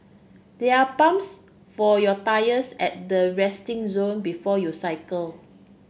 there are pumps for your tyres at the resting zone before you cycle